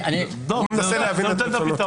אני צריך להבין --- זה נותן את הפתרון.